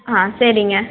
ஆ சரிங்க